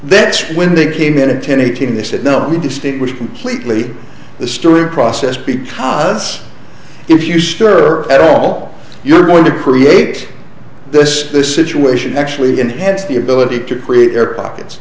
that's when they came in at ten eighteen they said no we distinguish completely the story process because if you stir at all you're going to create this situation actually and has the ability to create air pockets